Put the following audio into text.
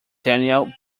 danielle